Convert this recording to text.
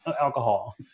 alcohol